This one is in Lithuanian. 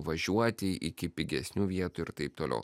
važiuoti iki pigesnių vietų ir taip toliau